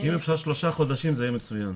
אם אפשר שלושה חודשים, זה יהיה מצוין.